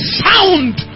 sound